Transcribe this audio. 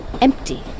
Empty